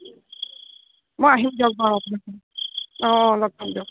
মই আহিম দিয়ক বাৰু অ' লগ পাম দিয়ক